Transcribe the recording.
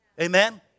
Amen